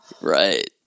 Right